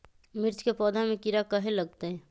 मिर्च के पौधा में किरा कहे लगतहै?